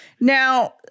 Now